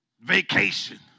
vacation